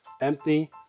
empty